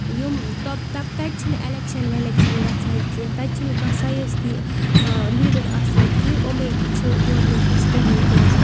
یِم تَتہِ چھِنہٕ ایلیکشَن ویلیکشَن گژھان کینٛہہ تَتہِ چھِنہٕ کانٛہہ سیٲستی لیٖڈَر آسان کینٛہہ یِمے چھِ گورنمنٹَس کمی روزان